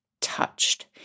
touched